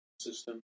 system